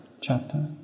chapter